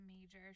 major